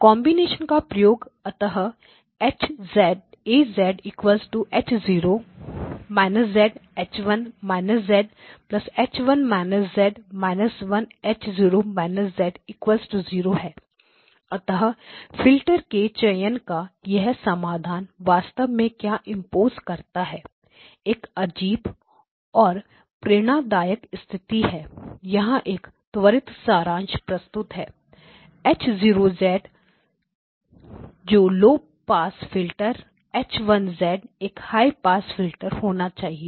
combination का प्रयोग अतः A H 0 − z H 1− zH 1 − z −1 H 0 − z 0 हैं अतः फिल्टर के चयन का यह समाधान वास्तव में क्या इंपोज करता है एक अजीब और गैर प्रेरणादायक स्थितियां है यहां एक त्वरित सारांश प्रस्तुत है H 0 जो लो पास फिल्टर है H 1 एक हाई पास फिल्टरhigh pass filter होना चाहिए